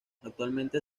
actualmente